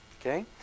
Okay